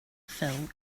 fell